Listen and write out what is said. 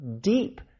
deep